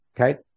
Okay